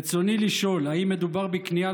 ברצוני לשאול: 1. האם מדובר בכניעה